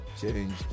changed